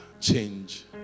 change